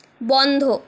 বন্ধ